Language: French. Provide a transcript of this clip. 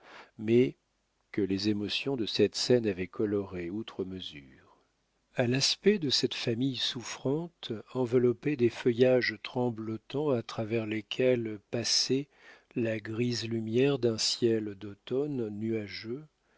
mais que les émotions de cette scène avaient colorée outre mesure a l'aspect de cette famille souffrante enveloppée des feuillages tremblotants à travers lesquels passait la grise lumière d'un ciel d'automne nuageux